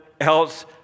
else